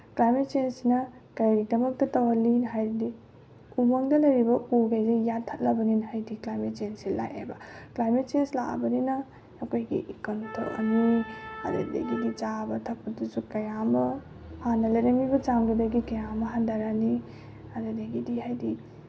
climate ꯆꯦꯟꯁꯁꯤꯅ ꯀꯔꯤꯒꯤꯗꯃꯛꯇ ꯇꯧꯍꯜꯂꯤ ꯍꯥꯏꯔꯗꯤ ꯎꯃꯪꯗ ꯂꯩꯔꯤꯕ ꯎꯈꯩꯁꯦ ꯌꯥꯟꯊꯠꯂꯕꯅꯤꯅ ꯍꯥꯏꯗꯤ ꯀ꯭ꯂꯥꯏꯃꯦꯠ ꯆꯦꯟꯖꯁꯦ ꯂꯥꯛꯑꯦꯕ ꯀ꯭ꯂꯥꯏꯃꯦꯠ ꯆꯦꯟꯖ ꯂꯥꯛꯑꯕꯅꯤꯅ ꯑꯩꯈꯣꯏꯒꯤ ꯏꯀꯪ ꯊꯣꯛꯑꯅꯤ ꯑꯗꯒꯤꯗꯤ ꯆꯥꯕ ꯊꯛꯄꯗꯁꯨ ꯀꯌꯥ ꯑꯃ ꯍꯥꯟꯅ ꯂꯩꯔꯝꯃꯤꯕ ꯆꯥꯡꯗꯨꯗꯒꯤ ꯀꯌꯥ ꯑꯃ ꯍꯟꯊꯔꯅꯤ ꯑꯗꯨꯗꯒꯤꯗꯤ ꯍꯥꯏꯗꯤ